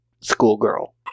schoolgirl